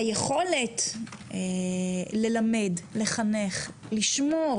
היכולת ללמד, לחנך, לשמור